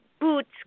boots